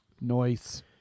Noise